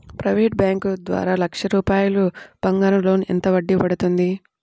Private bank ద్వారా లక్ష రూపాయలు బంగారం లోన్ ఎంత వడ్డీ పడుతుంది?